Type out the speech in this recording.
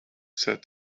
said